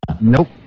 Nope